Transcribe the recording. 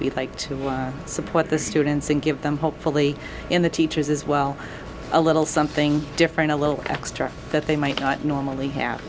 we'd like to support the students and give them hopefully in the teachers as well a little something different a little extra that they might not normally have